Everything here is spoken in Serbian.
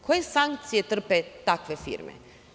Koje sankcije trpe takve firme?